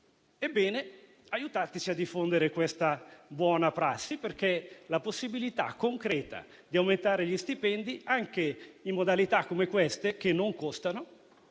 Ebbene, aiutateci a diffondere questa buona prassi, perché la possibilità concreta di aumentare gli stipendi, anche in modalità come quelle che ho